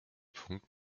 punkt